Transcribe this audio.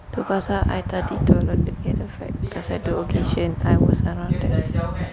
tu pasal I tadi turun I was around there